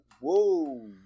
whoa